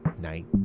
night